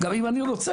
גם אם אני רוצה.